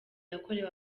yakorewe